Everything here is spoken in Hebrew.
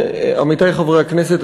עמיתי חברי הכנסת,